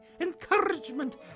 Encouragement